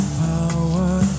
power